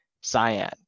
Cyan